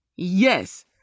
Yes